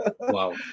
Wow